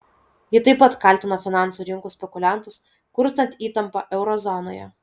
ji taip pat kaltino finansų rinkų spekuliantus kurstant įtampą euro zonoje